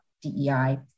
DEI